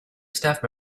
staff